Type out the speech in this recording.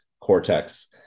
cortex